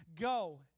go